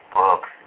books